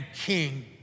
king